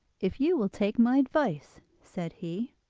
if you will take my advice said he,